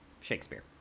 Shakespeare